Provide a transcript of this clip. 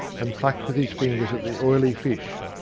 and plucked with his fingers at the oily fish,